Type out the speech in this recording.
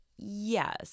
Yes